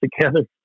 together